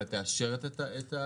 אלא תאשר את המחירים?